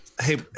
hey